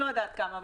לא יודעת כמה,